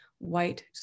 white